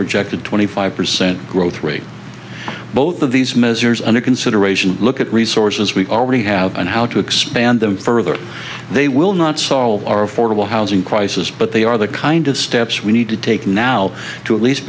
projected twenty five percent growth rate both of these measures under consideration look at resources we already have and how to expand them further they will not solve our affordable housing crisis but they are the kind of steps we need to take now to at least